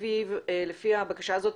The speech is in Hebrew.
לפי בקשה זו,